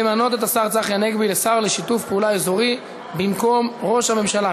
למנות את השר צחי הנגבי לשר לשיתוף פעולה אזורי במקום ראש הממשלה.